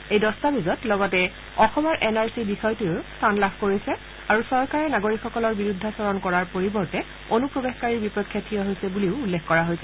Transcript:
এই দস্তাৱেজত লগতে অসমৰ এন আৰ চি বিষয়টোৰেও স্থান লাভ কৰিছে আৰু চৰকাৰে নাগৰিকসকলৰ বিৰুদ্ধাচৰণ কৰাৰ পৰিৱৰ্তে অনুপ্ৰৱেশকাৰীৰ বিপক্ষে থিয় হৈছে বুলিও উল্লেখ কৰা হৈছে